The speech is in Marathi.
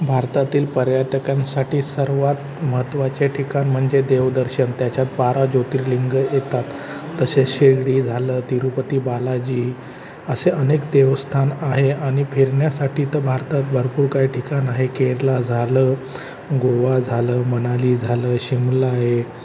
भारतातील पर्यटकांसाठी सर्वात महत्वाचे ठिकाण म्हणजे देवदर्शन त्याच्यात बारा ज्योतिर्लिंग येतात तसेच शिर्डी झालं तिरुपती बालाजी असे अनेक देवस्थान आहे आणि फिरण्यासाठी तर भारतात भरपूर काय ठिकाणं आहे केरला झालं गोवा झालं मनाली झालं शिमला आहे